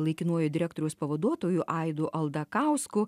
laikinuoju direktoriaus pavaduotoju aidu aldakausku